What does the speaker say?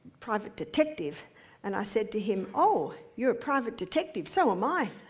private detective and i said to him, oh, you're a private detective, so am i.